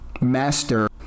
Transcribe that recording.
master